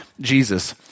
Jesus